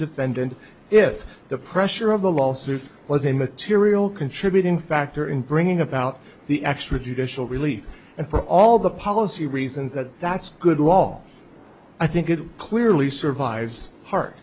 defendant if the pressure of the lawsuit was in material contributing factor in bringing about the extra judicial relief and for all the policy reasons that that's good law i think it clearly survives heart